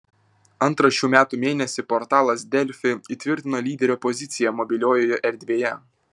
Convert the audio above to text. antrą šių metų mėnesį portalas delfi įtvirtino lyderio poziciją mobiliojoje erdvėje